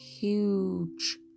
Huge